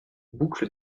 boucle